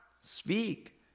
speak